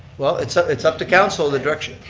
well, it's up it's up to council to direct,